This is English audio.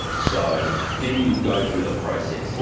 so then you'll go through the process. well,